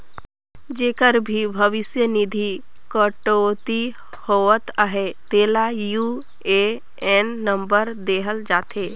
जेकर भी भविस निधि कटउती होवत अहे तेला यू.ए.एन नंबर देहल जाथे